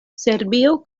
serbio